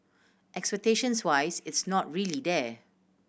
expectations wise it's not really there